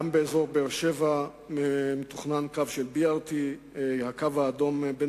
גם באזור באר-שבע מתוכנן קו של BRT. "הקו האדום" בין